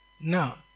Now